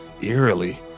eerily